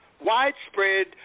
widespread